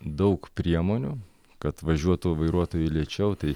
daug priemonių kad važiuotų vairuotojai lėčiau tai